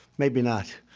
maybe not.